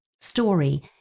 story